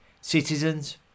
Citizens